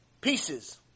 pieces